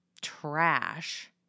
trash